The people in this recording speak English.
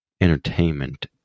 entertainment